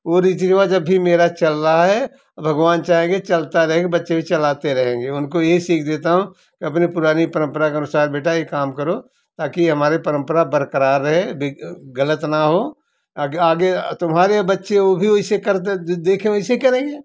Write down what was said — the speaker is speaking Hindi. वो रीति रिवाज अब भी मेरा चल रहा है भगवान चाहेंगे चलता रहे कि बच्चे वो चलाते रहेंगे उनको ये सीख देता हूँ कि अपनी पुरानी परम्परा के अनुसार बेटा ये काम करो ताकि हमारे परम्परा बरकरार रहे भी गलत ना हो अगे आगे तुम्हारे बच्चे वो भी वैसे करते जे देखें वैसे करेंगे